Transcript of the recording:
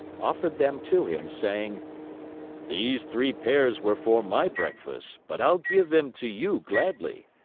offered them to him, saying these three pears were for my breakfast, but i give them to you gladly.